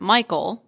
Michael